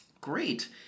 Great